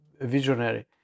visionary